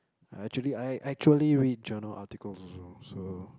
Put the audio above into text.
I actually I actually read journal articles also so